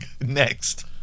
Next